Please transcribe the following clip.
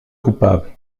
coupables